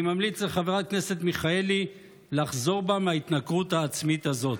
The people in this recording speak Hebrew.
אני ממליץ לחברת הכנסת מיכאלי לחזור בה מההתנכרות העצמית הזאת.